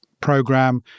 program